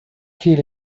kill